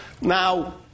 Now